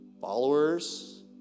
followers